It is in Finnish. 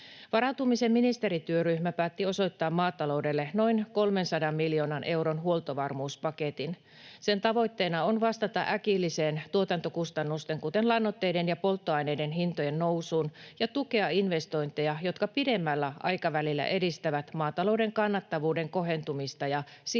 Varautumisen ministerityöryhmä päätti osoittaa maataloudelle noin 300 miljoonan euron huoltovarmuuspaketin. Sen tavoitteena on vastata äkilliseen tuotantokustannusten, kuten lannoitteiden ja polttoaineiden hintojen, nousuun ja tukea investointeja, jotka pidemmällä aikavälillä edistävät maatalouden kannattavuuden kohentumista ja siirtymää